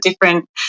different